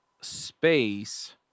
space